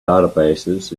databases